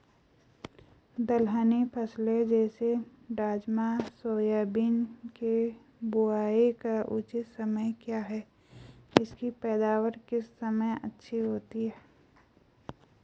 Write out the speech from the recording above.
दलहनी फसलें जैसे राजमा सोयाबीन के बुआई का उचित समय क्या है इसकी पैदावार किस समय अच्छी होती है?